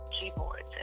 keyboards